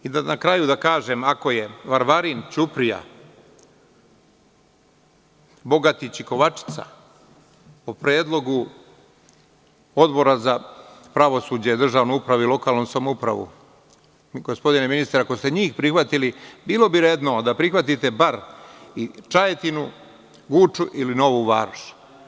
Na kraju da kažem, ako je Varvarin, Ćuprija, Bogatić i Kovačica, po predlogu Odbora za pravosuđe, državnu upravu i lokalnu samoupravu, gospodine ministre, ako ste njih prihvatili, bilo bi redno da njih prihvatite bar i Čajetinu, Guču ili Novu Varoš.